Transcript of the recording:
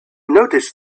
noticed